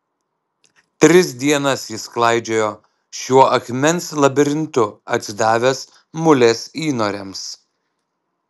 tris dienas jis klaidžiojo šiuo akmens labirintu atsidavęs mulės įnoriams